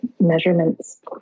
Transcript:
measurements